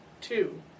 two